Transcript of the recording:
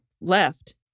left